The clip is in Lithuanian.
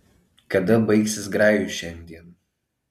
kada baigsis grajus šiandien